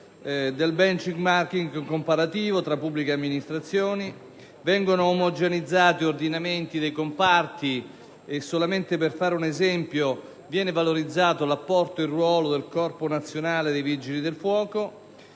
del *benchmarking* comparativo tra pubbliche amministrazioni; con esso vengono resi omogenei gli ordinamenti dei vari comparti e, soltanto per fare un esempio, viene valorizzato l'apporto e il ruolo del Corpo nazionale dei Vigili del fuoco.